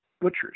butchers